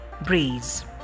Breeze